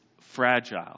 fragile